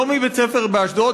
לא מבית ספר באשדוד,